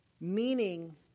meaning